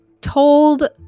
told